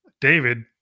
David